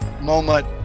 moment